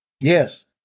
Yes